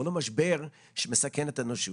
אבל לא משבר שמסכן את האנושות.